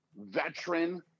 veteran